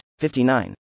59